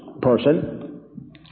person